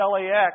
LAX